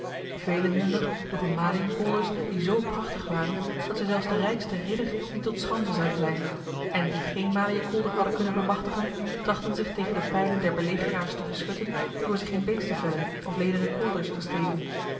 velen hunner droegen maliënkolders die zoo prachtig waren dat zij zelfs den rijksten ridder niet tot schande zouden zijn en die geen maliënkolder hadden kunnen bemachtigen trachtten zich tegen de pijlen der belegeraars te beschutten door zich in beestenvellen of lederen kolders te steken